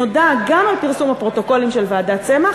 נודע גם על פרסום הפרוטוקולים של ועדת צמח